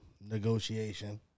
negotiation